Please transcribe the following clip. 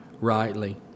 rightly